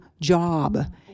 job